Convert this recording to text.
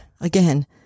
Again